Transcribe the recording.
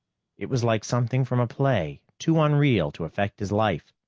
it was like something from a play, too unreal to affect his life.